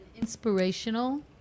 inspirational